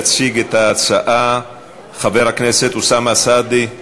יציג את ההצעה חבר הכנסת אוסאמה סעדי.